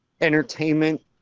entertainment